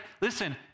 Listen